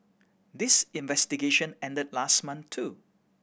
this investigation ended last month too